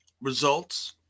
results